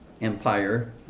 Empire